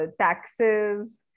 taxes